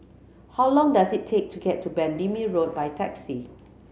how long does it take to get to Bendemeer Road by taxi